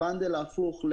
ה-בנדל ההפוך,